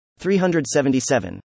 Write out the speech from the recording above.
377